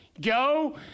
Go